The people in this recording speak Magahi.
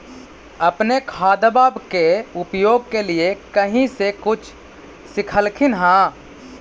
अपने खादबा के उपयोग के लीये कही से कुछ सिखलखिन हाँ?